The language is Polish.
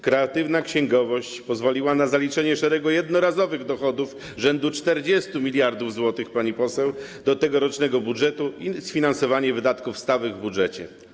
Kreatywna księgowość pozwoliła na zaliczenie szeregu jednorazowych dochodów rzędu 40 mld zł, pani poseł, do tegorocznego budżetu i sfinansowanie wydatków stałych w budżecie.